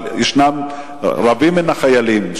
אבל רבים מן החיילים,